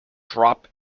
drop